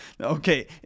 Okay